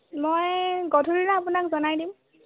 মই গধূলিলৈ আপোনাক জনাই দিম